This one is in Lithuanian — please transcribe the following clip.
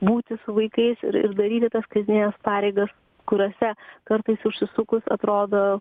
būti su vaikais ir ir daryti tas kasdienes pareigas kuriose kartais užsisukus atrodo